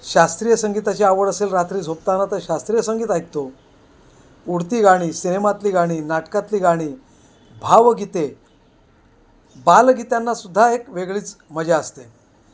शास्त्रीय संगीताची आवड असेल रात्री झोपताना तर शास्त्रीय संगीत ऐकतो उडती गाणी सिनेमातली गाणी नाटकातली गाणी भावगीते बालगीतांना सुद्धा एक वेगळीच मजा असते